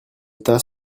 tas